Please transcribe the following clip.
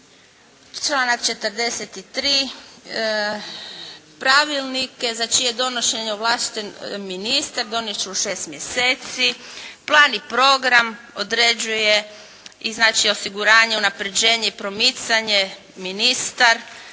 Članak 43. pravilnike za čije je donošenje ovlašten ministar, donijet će u šest mjeseci. Plan i program određuje i znači osiguranje, unapređenje i promicanje ministar.